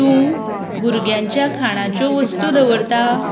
तूं भुरग्यांच्या खाणांच्यो वस्तू दवरता